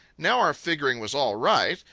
now our figuring was all right.